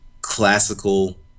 classical